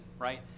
right